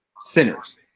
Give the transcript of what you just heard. sinners